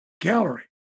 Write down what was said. gallery